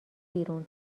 بیرون